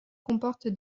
comporte